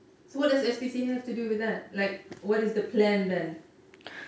so what does S_P_C_A have to do with that like what is the plan then